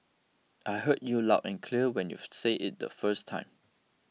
I heard you loud and clear when you said it the first time